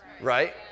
right